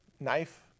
knife